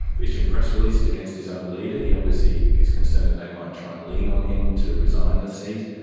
issuing press releases against his own leader. he obviously is concerned that they might try and lean on him to resign the seat,